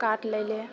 काट लैले